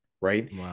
Right